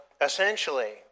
essentially